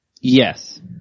Yes